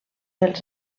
els